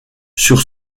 sur